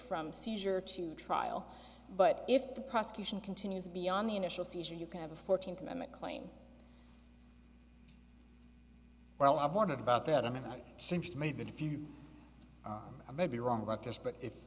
from seizure to trial but if the prosecution continues beyond the initial seizure you can have a fourteenth amendment claim well i've wondered about that i mean i seems to me that if you may be wrong about this but if